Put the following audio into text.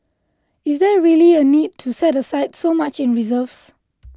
is there really a need to set aside so much in reserves